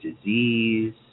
disease